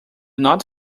not